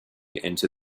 into